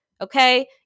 Okay